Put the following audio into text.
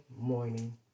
morning